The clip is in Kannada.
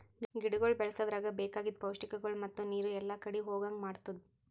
ಗಿಡಗೊಳ್ ಬೆಳಸದ್ರಾಗ್ ಬೇಕಾಗಿದ್ ಪೌಷ್ಟಿಕಗೊಳ್ ಮತ್ತ ನೀರು ಎಲ್ಲಾ ಕಡಿ ಹೋಗಂಗ್ ಮಾಡತ್ತುದ್